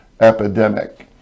epidemic